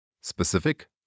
specific